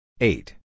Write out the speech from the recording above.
eight